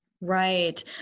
Right